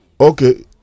Okay